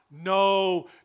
No